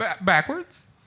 Backwards